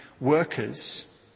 workers